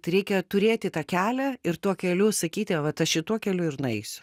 tai reikia turėti tą kelią ir tuo keliu sakyti vat aš šituo keliu ir nueisiu